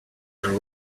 your